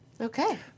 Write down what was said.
okay